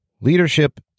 leadership